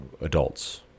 adults